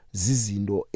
zizindo